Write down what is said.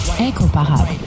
incomparable